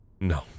No